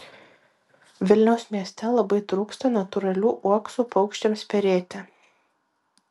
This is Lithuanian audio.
vilniaus mieste labai trūksta natūralių uoksų paukščiams perėti